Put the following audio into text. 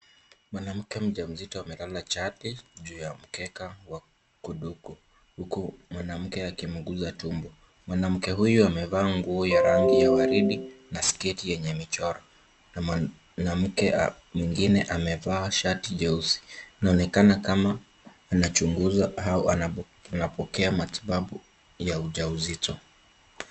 Mwanamke mjamzito amelala chali juu ya mkeka wa kuduku huku mwanamke akimguza tumbo. Mwanamke huyu amevaa nguo ya rangi ya waridi na sketi yenye michoro na mwanamke mwingine amevaa shati jeusi. Inaonekana kama anachunguza au anapokea matibabu ya ujauzito.